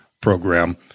program